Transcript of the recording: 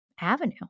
Avenue